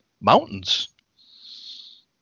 Mountains